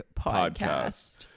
Podcast